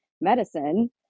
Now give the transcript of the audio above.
medicine